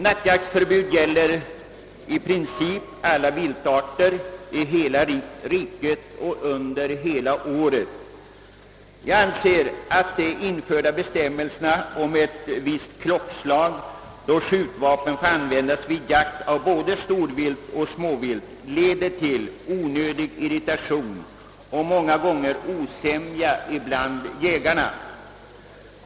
Nattjaktsförbudet gäller i princip alla viltarter i hela riket och under hela året. Jag anser att de införda bestämmelserna om ett visst klockslag då skjutvapen får användas vid jakt på både storvilt och småvilt leder till onödig irritation och många gånger osämja bland jägarna.